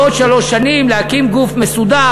בעוד שלוש שנים להקים גוף מסודר,